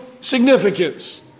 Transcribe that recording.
significance